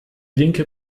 linke